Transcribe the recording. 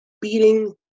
beating